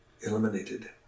eliminated